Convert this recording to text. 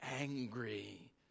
angry